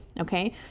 okay